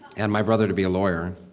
and my brother to be a lawyer.